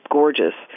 gorgeous